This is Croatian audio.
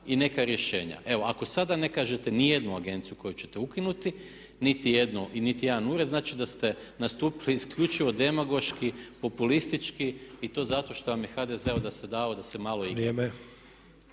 i neka rješenja. Evo ako sada ne kažete nijednu agenciju koju ćete ukinuti i nitijedan ured znači da ste nastupili isključivo demagoški, populistički i to zato što vam je HDZ dao da se malo igrate.